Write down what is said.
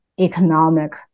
economic